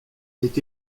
est